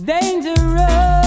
Dangerous